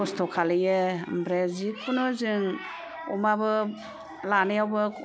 खस्थ' खालायो ओमफ्राय जिखुनु जों अमाबो लानायावबो